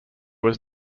was